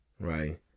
right